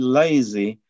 lazy